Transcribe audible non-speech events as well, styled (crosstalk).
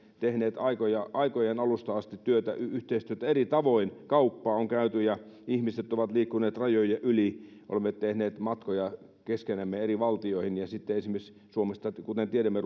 tehneet aikojen alusta asti yhteistyötä eri tavoin kauppaa on käyty ja ihmiset ovat liikkuneet rajojen yli olemme tehneet matkoja keskenämme eri valtioihin sitten esimerkiksi suomesta kuten tiedämme (unintelligible)